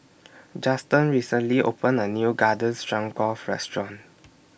Juston recently opened A New Garden Stroganoff Restaurant